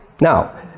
Now